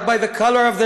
not by the color of,